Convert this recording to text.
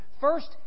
First